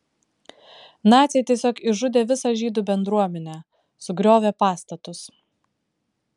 naciai tiesiog išžudė visą žydų bendruomenę sugriovė pastatus